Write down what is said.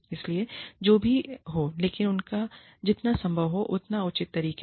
इसलिए जो भी हो लेकिन जितना संभव हो उतना उचित तरीके से